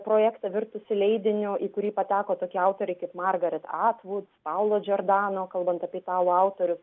projektą virtusį leidiniu į kurį pateko tokie autoriai kaip margaret atvud paulo džordano kalbant apie italų autorius